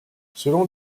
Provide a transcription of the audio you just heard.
selon